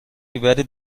gewährte